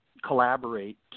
collaborate